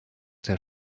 der